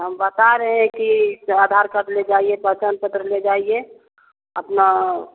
हम बता रहे हैं कि जो आधार कार्ड ले जाइए पहचान पत्र ले जाइए अपना